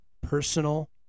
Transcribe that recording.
personal